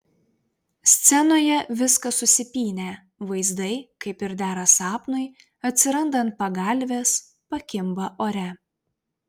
scenoje viskas susipynę vaizdai kaip ir dera sapnui atsiranda ant pagalvės pakimba ore